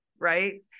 Right